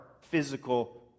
physical